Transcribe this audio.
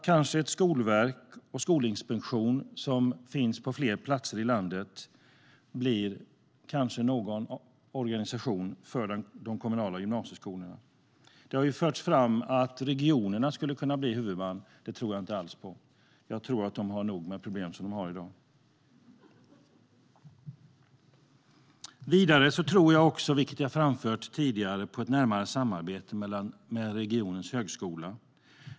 Kanske ett skolverk och en skolinspektion som finns på fler platser i landet blir en organisation för de kommunala gymnasieskolorna. Det har förts fram att regionerna skulle kunna bli huvudmän, men det tror jag inte alls på. Jag tror att de har nog med problem som de har det i dag. Vidare tror jag också, vilket jag framfört tidigare, på ett närmare samarbete med regionens högskola.